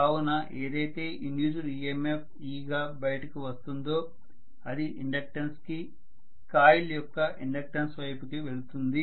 కావున ఏదైతే induced EMF e గా బయటకు వస్తుందో అది ఇండక్టెన్స్ కి కాయిల్ యొక్క ఇండక్టెన్స్ వైపుకి వెళుతుంది